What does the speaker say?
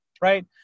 Right